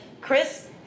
chris